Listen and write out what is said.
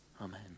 Amen